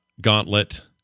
Gauntlet